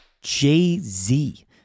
Jay-Z